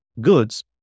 goods